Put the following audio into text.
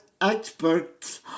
experts